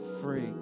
free